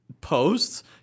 posts